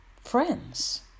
friends